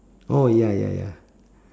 oh ya ya ya